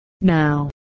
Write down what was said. now